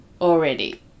already